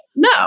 no